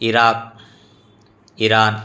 Iraq Iran